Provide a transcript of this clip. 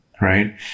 right